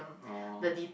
oh